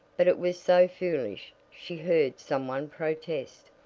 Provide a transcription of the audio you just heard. but it was so foolish, she heard some one protest.